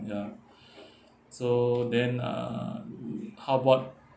ya so then uh how about